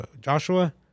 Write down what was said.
Joshua